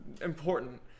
important